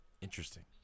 Interesting